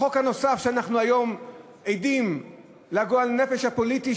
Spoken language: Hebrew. החוק הנוסף שאנחנו היום עדים לגועל-נפש הפוליטי,